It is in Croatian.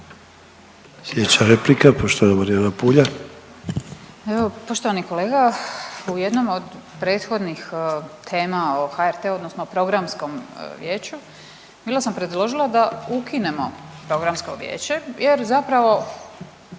Slijedeća replika poštovana Marijana Puljak.